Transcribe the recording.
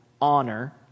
honor